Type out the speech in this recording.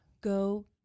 Go